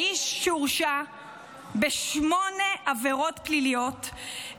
האיש שהורשע בשמונה עבירות פליליות,